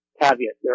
caveat